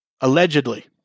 Allegedly